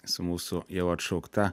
su mūsų jau atšaukta